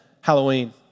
Halloween